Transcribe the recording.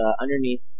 underneath